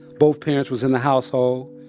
both parents was in the household.